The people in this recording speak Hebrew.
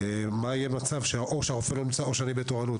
מה יהיה במצב שהרופא לא נמצא או שאני בתורנות.